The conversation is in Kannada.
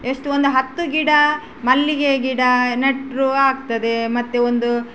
ಎಷ್ಟು ಒಂದು ಹತ್ತು ಗಿಡ ಮಲ್ಲಿಗೆ ಗಿಡ ನೆಟ್ಟರೂ ಆಗ್ತದೆ ಮತ್ತೆ ಒಂದು